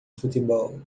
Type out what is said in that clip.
futebol